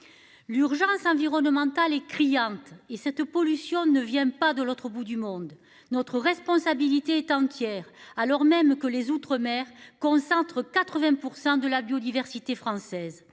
L'urgence environnementale est criante et cette pollution ne vient pas de l'autre bout du monde. Notre responsabilité est entière, alors même que les outre-mer concentrent 80% de la biodiversité française.